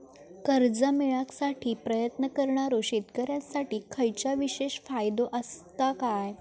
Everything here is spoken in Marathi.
कर्जा मेळाकसाठी प्रयत्न करणारो शेतकऱ्यांसाठी खयच्या विशेष फायदो असात काय?